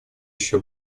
еще